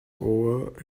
over